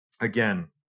again